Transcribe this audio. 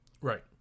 Right